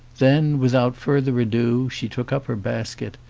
then without further ado, she took up her basket,